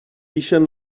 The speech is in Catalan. ixen